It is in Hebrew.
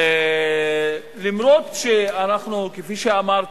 אף-על-פי שכפי שאמרתי,